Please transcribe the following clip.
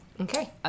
Okay